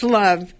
love